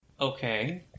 Okay